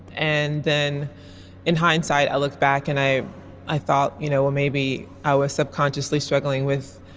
and then in hindsight i looked back and i i thought you know maybe i was subconsciously struggling with.